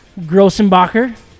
grossenbacher